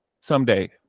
Someday